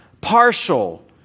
partial